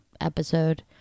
episode